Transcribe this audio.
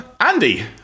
Andy